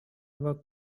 work